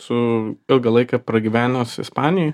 su ilgą laiką pragyvenęs ispanijoj